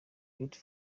beauty